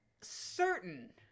certain